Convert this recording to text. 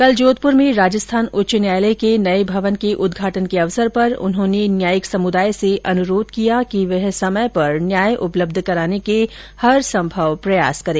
कल जोधपुर में राजस्थान उच्च न्यायालय के नए भवन के उद्घाटन के अवसर पर उन्होंने न्यायिक समुदाय से अनुरोध किया कि वह समय पर न्याय उपलब्ध कराने के हरसंभव प्रयास करे